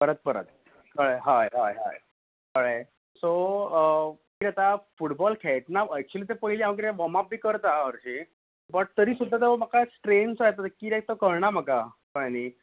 परत परत हय हय हय हय कळें सो किदें आता फुटबॉल खेळटना एक्चुली तें पयलीं हांव किरें वॉम आप बी करता हरशीं बट तरी सुद्दा तो म्हाका स्ट्रेन सो येता तो किद्याक तो कळना म्हाका कळें न्ही